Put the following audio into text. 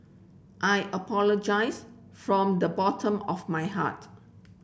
I appologise from the bottom of my heart